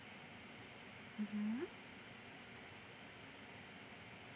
mmhmm